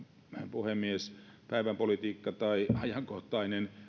puhemies päivänpolitiikka tai ajankohtainen